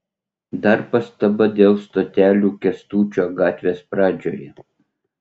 dar pastaba dėl stotelių kęstučio gatvės pradžioje